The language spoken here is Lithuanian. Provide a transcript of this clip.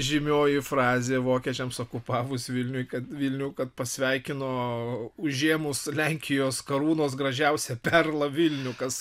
žymioji frazė vokiečiams okupavus vilniuj kad vilnių kad pasveikino užėmus lenkijos karūnos gražiausią perlą vilnių kas